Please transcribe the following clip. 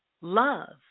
love